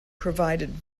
provided